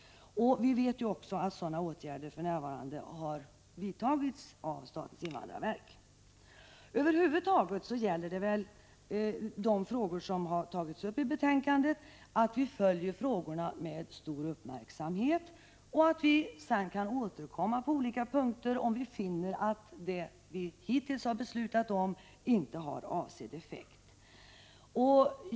Vi vet också att sådana åtgärder vidtagits av statens invandrarverk. Över huvud taget gäller beträffande de frågor som tagits upp i betänkandet att vi följer dem med stor uppmärksamhet. Vi kan sedan återkomma till olika punkter om vi finner att det vi hittills beslutat inte har avsedd effekt.